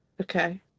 Okay